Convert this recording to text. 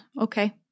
Okay